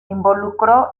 involucró